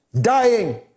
dying